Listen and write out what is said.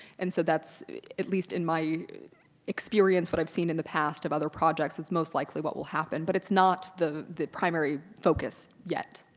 and so that's at least in my experience what i've seen in the past of other projects, that's most likely what will happen, but it's not the the primary focus yet.